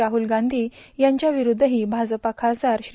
राहुल गांधी यांच्याविरूद्धही भाजपा खासदार श्री